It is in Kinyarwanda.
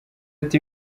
ati